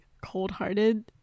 cold-hearted